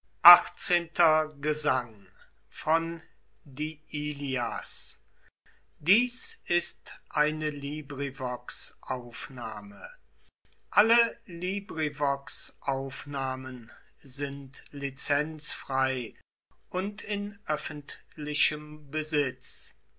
und alle sind